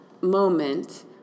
moment